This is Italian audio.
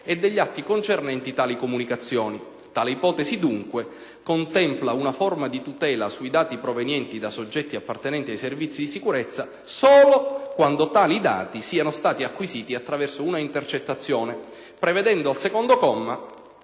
e degli atti concernenti tali comunicazioni. Tale ipotesi, dunque, contempla una forma di tutela sui dati provenienti da soggetti appartenenti ai Servizi di sicurezza solo quando tali dati siano stati acquisiti attraverso un'intercettazione, prevedendo, al secondo comma,